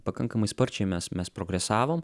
pakankamai sparčiai mes mes progresavom